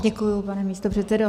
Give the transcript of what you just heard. Děkuji, pane místopředsedo.